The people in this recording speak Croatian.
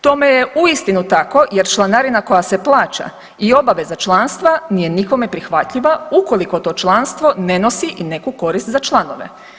Tome je uistinu tako jer članarina koja se plaća i obaveza članstva nije nikome prihvatljiva ukoliko to članstvo ne nosi i neku korist za članove.